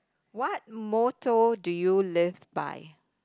what motto do you live by